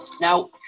Now